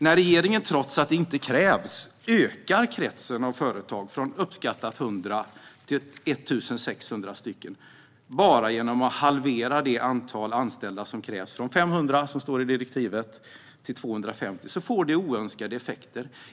När regeringen trots att det inte krävs ökar kretsen av företag från uppskattat 100 till 1 600 stycken bara genom att halvera det antal anställda som krävs - man går från 500 anställda, som det står i direktivet, till 250 - får det oönskade effekter.